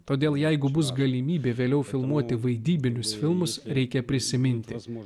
todėl jeigu bus galimybė vėliau filmuoti vaidybinius filmus reikia prisiminti mūsų